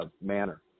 manner